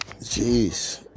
jeez